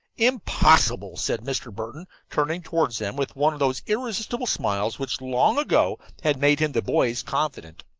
impossible, said mr. burton, turning toward them with one of those irresistible smiles which long ago had made him the boys' confidant.